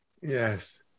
Yes